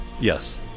Yes